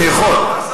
אני יכול.